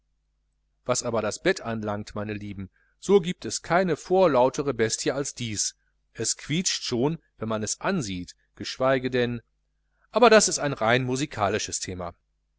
was aber das bett anlangt meine lieben so giebt es keine vorlautere bestie als dies es quietscht schon wenn man es ansieht geschweige denn aber das ist ein rein musikalisches thema